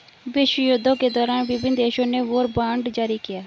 विश्वयुद्धों के दौरान विभिन्न देशों ने वॉर बॉन्ड जारी किया